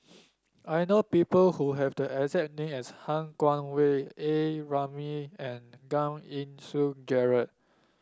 I know people who have the exact name as Han Guangwei A Ramli and Giam Yean Song Gerald